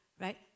right